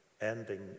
ending